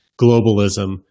globalism